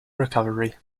recovery